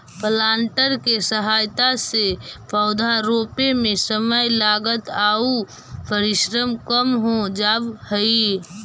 planter के सहायता से पौधा रोपे में समय, लागत आउ परिश्रम कम हो जावऽ हई